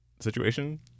situation